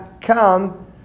Come